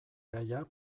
gaia